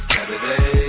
Saturday